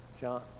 John